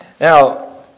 now